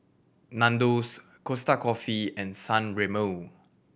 Nandos Costa Coffee and San Remo